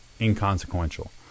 inconsequential